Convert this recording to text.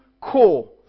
core